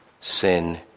sin